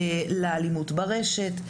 לאלימות ברשת.